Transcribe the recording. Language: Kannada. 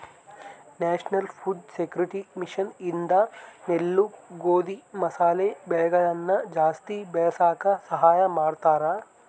ನ್ಯಾಷನಲ್ ಫುಡ್ ಸೆಕ್ಯೂರಿಟಿ ಮಿಷನ್ ಇಂದ ನೆಲ್ಲು ಗೋಧಿ ಮಸಾಲೆ ಬೆಳೆಗಳನ ಜಾಸ್ತಿ ಬೆಳಸಾಕ ಸಹಾಯ ಮಾಡ್ತಾರ